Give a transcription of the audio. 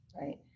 right